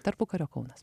tarpukario kaunas